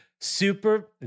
super